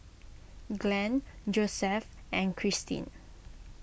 Glen Josef and Kristin